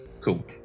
Cool